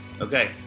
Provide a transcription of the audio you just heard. Okay